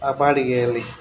ಆ ಬಾಡಿಗೆಯಲ್ಲಿ